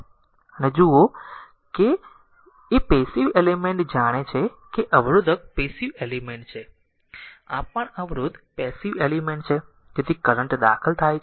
તેથી જો જુઓ કે પેસીવ એલીમેન્ટ્સ જાણે છે કે અવરોધક પેસીવ એલીમેન્ટ્સ છે આ પણ અવરોધ પેસીવ એલીમેન્ટ્સ છે તેથી કરંટ દાખલ થાય છે